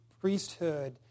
priesthood